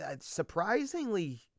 Surprisingly